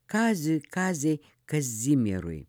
kaziui kazei kazimierui